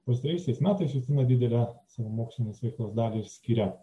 pastaraisiais metais justina didelę savo mokslinės veiklos dalį ir skiria